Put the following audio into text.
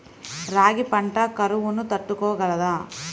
రాగి పంట కరువును తట్టుకోగలదా?